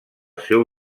seu